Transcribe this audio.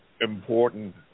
important